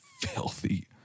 filthy